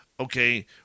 Okay